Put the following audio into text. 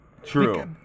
True